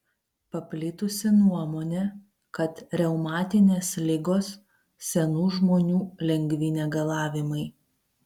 paplitusi nuomonė kad reumatinės ligos senų žmonių lengvi negalavimai